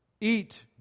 Eat